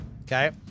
Okay